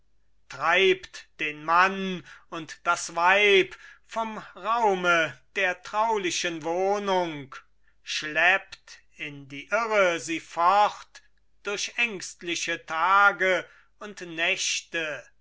treibt den mann und das weib vom raume der traulichen wohnung schleppt in die irre sie fort durch ängstliche tage und nächte